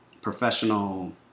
professional